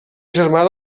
germà